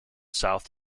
south